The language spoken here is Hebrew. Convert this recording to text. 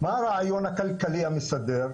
מה הרעיון הכללי המסדר?